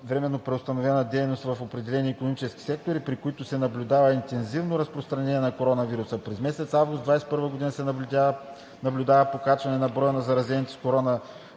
временно преустановена дейност в определени икономически сектори, при които се наблюдава интензивно разпространяване на коронавируса. През месец август 2021 г. се наблюдава покачване на броя на заразените с коронавирус,